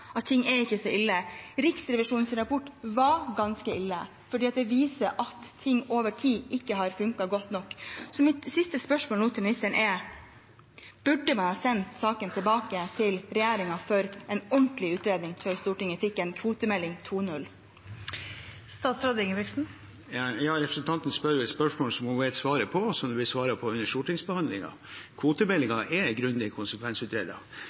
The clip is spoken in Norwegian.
at ting ikke er så ille. Riksrevisjonens rapport var ganske ille, for den viser at ting over tid ikke har funket godt nok. Mitt siste spørsmål til statsråden er: Burde man ha sendt saken tilbake til regjeringen for en ordentlig utredning før Stortinget fikk en kvotemelding 2.0? Representanten stiller et spørsmål som hun vet svaret på, og som det ble svart på under stortingsbehandlingen. Kvotemeldingen er grundig